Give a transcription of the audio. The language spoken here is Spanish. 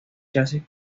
chasis